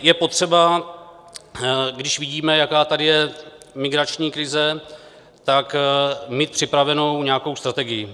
Je potřeba, když vidíme, jaká tady je migrační krize, mít připravenu nějakou strategii.